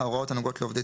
ההוראות הנוגעות לעובדי